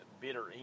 bitter